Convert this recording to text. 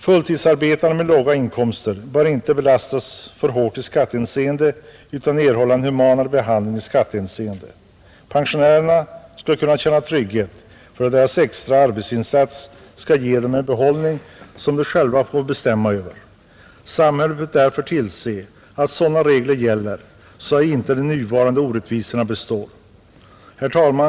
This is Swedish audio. Fulltidsarbetande med låga inkomster bör inte belastas för hårt i skattehänseende, utan de bör få en humanare behandling. Pensionärerna skall kunna känna trygghet för att deras extra arbetsinsats ger dem en behållning som de själva får bestämma över. Samhället bör Nr 101 därför tillse att sådana regler gäller att inte de nu arande orättvisorna Tisdagen den bestar dai ;: 1 juni 1971 Herr talman!